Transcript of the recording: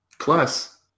Plus